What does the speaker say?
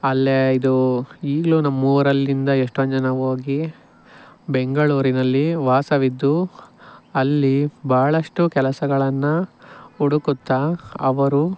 ಅಲ್ಲೇ ಇದು ಈಗಲೂ ನಮ್ಮೂರಲ್ಲಿಂದ ಎಷ್ಟೊಂದು ಜನ ಹೊಗಿ ಬೆಂಗಳೂರಿನಲ್ಲಿ ವಾಸವಿದ್ದು ಅಲ್ಲಿ ಭಾಳಷ್ಟು ಕೆಲಸಗಳನ್ನು ಹುಡುಕುತ್ತಾ ಅವರು